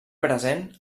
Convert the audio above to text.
present